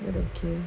don't okay